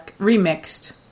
remixed